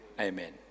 amen